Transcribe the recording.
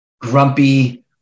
grumpy